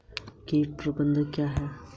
Organic कृषि क्या है समझाइए?